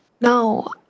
No